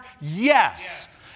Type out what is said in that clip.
Yes